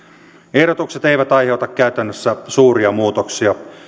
ehdotukset eivät aiheuta käytännössä suuria muutoksia